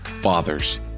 fathers